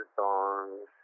songs